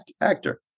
actor